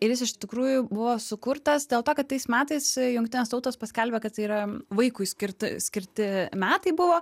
ir jis iš tikrųjų buvo sukurtas dėl to kad tais metais jungtinės tautos paskelbė kad tai yra vaikui skirti skirti metai buvo